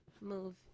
move